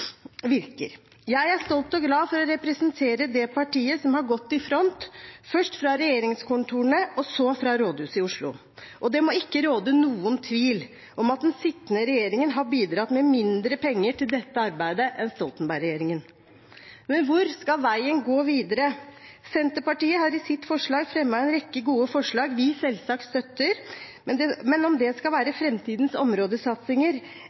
Jeg er stolt og glad over å representere det partiet som har gått i front – først fra regjeringskontorene og så fra rådhuset i Oslo. Det må ikke råde noen tvil om at den sittende regjeringen har bidratt med mindre penger til dette arbeidet enn Stoltenberg-regjeringen. Men hvor skal veien gå videre? Senterpartiet har i sitt forslag fremmet en rekke gode forslag vi selvsagt støtter, men om det skal være framtidens områdesatsinger, eller om det